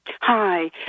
Hi